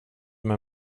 med